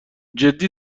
جدی